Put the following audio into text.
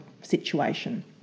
situation